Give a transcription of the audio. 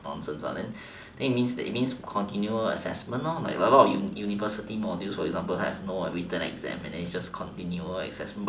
nonsense lah then it means it means that continuous assessment like a lot of universities modules for example have no written exam then it's just continuous assessments